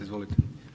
Izvolite.